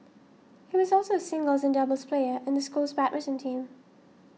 he was also a singles and doubles player in the school's badminton team